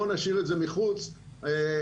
בוא נשאיר את זה מחוץ לדיון,